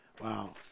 Wow